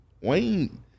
Wayne